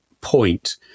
point